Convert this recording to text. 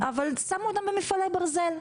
אבל שמו אותם במפעלי ברזל.